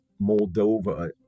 Moldova